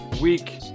week